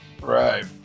Right